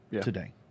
today